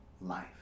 life